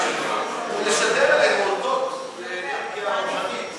שלו ולשדר אלינו אותות אנרגיה רוחנית.